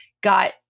got